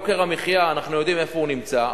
יוקר המחיה, אנחנו יודעים איפה הוא נמצא.